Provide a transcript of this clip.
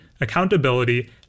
accountability